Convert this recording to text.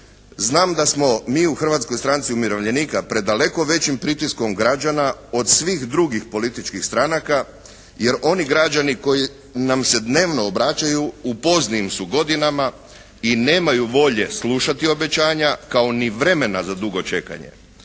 Znam da smo mi u Hrvatskoj stranci umirovljenika pred daleko većim pritiskom građana od svih drugih političkih stranaka jer oni građani koji nam se dnevno obraćaju u poznijim su godinama i nemaju volje slušati obećanja kao ni vremena za dugo čekanje.